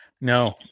No